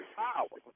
power